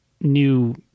new